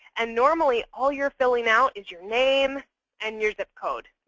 and normally, all you're filling out is your name and your zip code,